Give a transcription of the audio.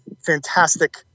fantastic